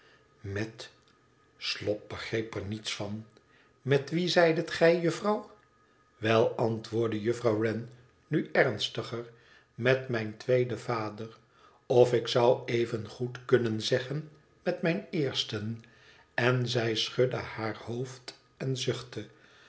met slop begreep er niets van met wie zeidet gij juffrouw wel antwoordde juffrouw wren nu ernstiger met mijn tweeden vader of ik zou evengoed kunnen zeggen met mijn eersten en zij schudde haar hoofd en zuchtte